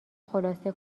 خلاصه